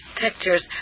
pictures